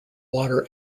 water